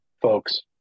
folks